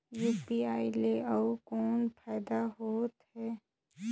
UPI ले अउ कौन फायदा होथ है?